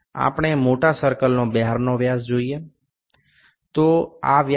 আসুন বৃহত্তর বৃত্তের বাহ্যিক ব্যাসটি দেখা যাক